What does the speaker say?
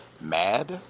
mad